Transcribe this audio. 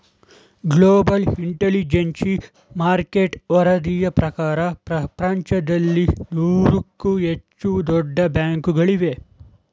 global intelligence market ವರದಿಯ ಪ್ರಕಾರ ಪ್ರಪಂಚದಲ್ಲಿ ನೂರಕ್ಕೂ ಹೆಚ್ಚು ದೊಡ್ಡ ಬ್ಯಾಂಕುಗಳಿವೆ